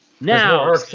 Now